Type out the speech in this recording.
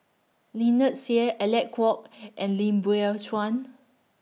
Lynnette Seah Alec Kuok and Lim Biow Chuan